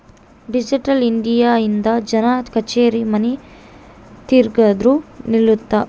digital India ಇಂದ ಜನ ಕಛೇರಿ ಮನಿ ತಿರ್ಗದು ನಿಲ್ಲುತ್ತ